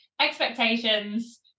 expectations